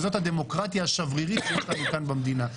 שזאת הדמוקרטיה השברירית שיש לנו כאן במדינה.